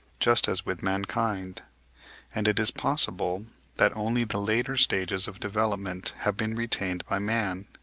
just as with mankind and it is possible that only the later stages of development have been retained by man.